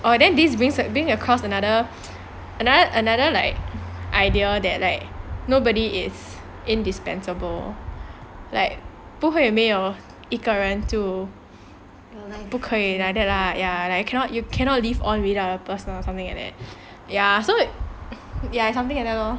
oh then this brings like brings across another another another like idea that like nobody is indispensable like 不会没有一个人不可以 like that lah ya like you cannot you cannot live on without a person or something like that ya so ya something like that lor